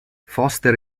foster